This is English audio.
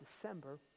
December